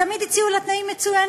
תמיד הציעו לה תנאים מצוינים,